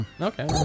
Okay